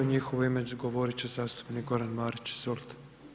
U njihovo ime govorit će zastupnik Goran Marić, izvolite.